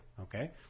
okay